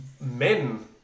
men